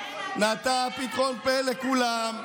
נתן פתחון פה לכולם,